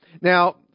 Now